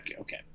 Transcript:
okay